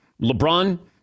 LeBron